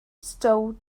stow